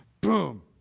Boom